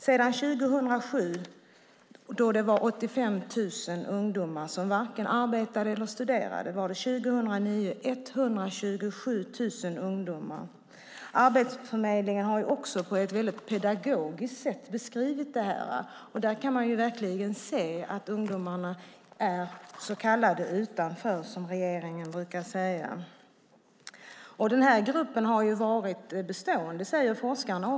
Sedan 2007, då det var 85 000 ungdomar som varken arbetade eller studerade, hade antalet till 2009 vuxit till 127 000 ungdomar. Arbetsförmedlingen har också på ett väldigt pedagogiskt sätt beskrivit det här. Där kan man verkligen se att ungdomarna är utanför, som regeringen brukar säga. Den här gruppen har varit bestående, säger forskarna också.